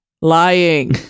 lying